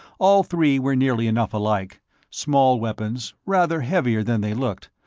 all three were nearly enough alike small weapons, rather heavier than they looked,